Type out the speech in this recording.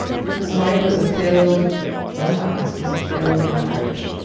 because mine was a failed romance. it was a failed marriage.